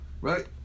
right